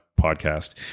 podcast